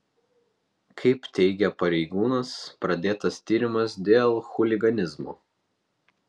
kaip teigia pareigūnas pradėtas tyrimas dėl chuliganizmo